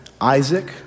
Isaac